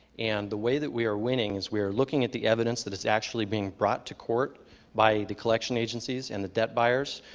and the way that we are winning is we are looking at the evidence that is actually bring brought to court by the collection agencies and the debt buyers.